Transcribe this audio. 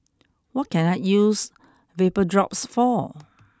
what can I use VapoDrops for